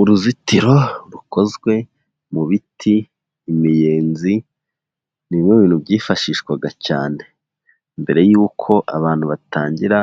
Uruzitiro rukozwe mu biti, imiyenzi n'imwe mu bintu byifashishwaga cyane mbere yuko abantu batangira